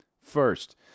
First